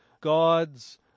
God's